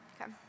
Okay